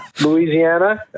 Louisiana